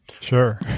Sure